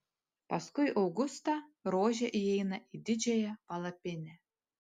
paskui augustą rožė įeina į didžiąją palapinę